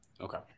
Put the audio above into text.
Okay